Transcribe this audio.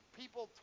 people